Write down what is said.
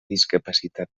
discapacitat